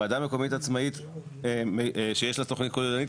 וועדה מקומית עצמאית שיש לה תוכנית כוללנית,